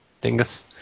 Dingus